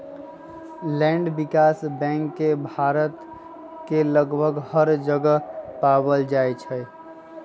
land विकास बैंक के भारत के लगभग हर जगह पावल जा हई